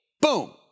Boom